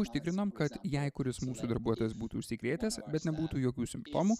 užtikrinam kad jei kuris mūsų darbuotojas būtų užsikrėtęs bet nebūtų jokių simptomų